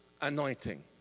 anointing